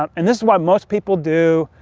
ah and this is what most people do,